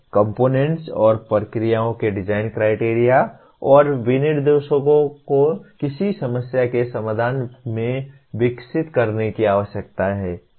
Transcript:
components और प्रक्रियाओं के डिजाइन क्राइटेरिया और विनिर्देशों को किसी समस्या के समाधान से विकसित करने की आवश्यकता है